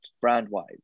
brand-wise